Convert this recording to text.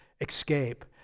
escape